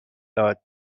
داد